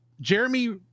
Jeremy